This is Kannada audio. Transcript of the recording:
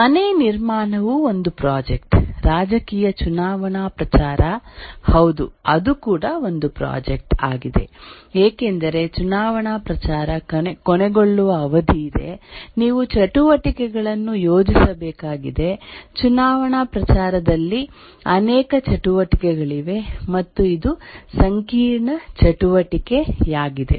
ಮನೆ ನಿರ್ಮಾಣವು ಒಂದು ಪ್ರಾಜೆಕ್ಟ್ ರಾಜಕೀಯ ಚುನಾವಣಾ ಪ್ರಚಾರ ಹೌದು ಅದು ಕೂಡ ಒಂದು ಪ್ರಾಜೆಕ್ಟ್ ಆಗಿದೆ ಏಕೆಂದರೆ ಚುನಾವಣಾ ಪ್ರಚಾರ ಕೊನೆಗೊಳ್ಳುವ ಅವಧಿ ಇದೆ ನೀವು ಚಟುವಟಿಕೆಗಳನ್ನು ಯೋಜಿಸಬೇಕಾಗಿದೆ ಚುನಾವಣಾ ಪ್ರಚಾರದಲ್ಲಿ ಅನೇಕ ಚಟುವಟಿಕೆಗಳಿವೆ ಮತ್ತು ಇದು ಸಂಕೀರ್ಣ ಚಟುವಟಿಕೆಯಾಗಿದೆ